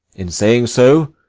in saying so,